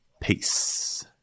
Peace